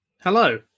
Hello